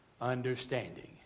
understanding